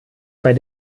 bei